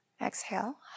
exhale